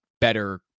better